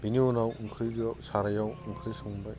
बिनि उनाव ओंख्रि बेयाव सारायाव ओंख्रि संबाय